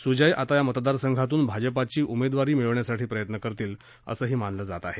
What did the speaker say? सुजय आता या मतदरासंघातून भाजपाची उमेदवारी मिळवण्यासाठी प्रयत्न करतील असं मानलं जात आहे